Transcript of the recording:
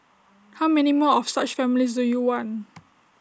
how many more of such families do you want